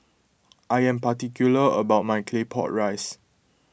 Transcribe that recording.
I am particular about my Claypot Rice